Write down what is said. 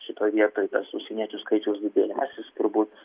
šitoj vietoj tas užsieniečių skaičiaus didėjimas jis turbūt